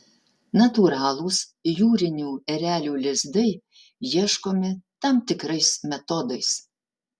natūralūs jūrinių erelių lizdai ieškomi tam tikrais metodais